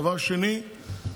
דבר שני,